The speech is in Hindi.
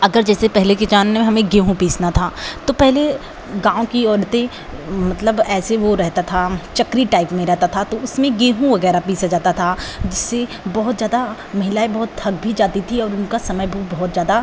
अगर जैसे पहले के जान में हमें गेहूँ पीसना था तो पहले गाँव की औरतें मतलब ऐसे वह रहता था चकरी टाइप में रहता था तो उसमें गेहूँ वग़ैरह पीसा जाता था जिससे बहुत ज़्यादा महिलाएँ बहुत थक भी जाती थी और उनका समय भी बहुत ज़्यादा